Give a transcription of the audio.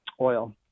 oil